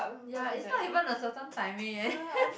ya it's not even a certain timing eh